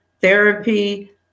therapy